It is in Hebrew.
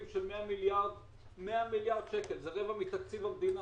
100 מיליארד שקל, על רבע מתקציב המדינה.